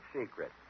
secret